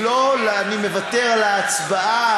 אני מוותר על ההצבעה.